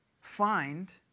find